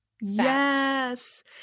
Yes